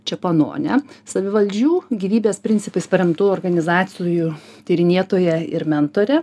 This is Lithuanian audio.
čepononę savivaldžių gyvybės principais paremtų organizacijų tyrinėtoją ir mentorę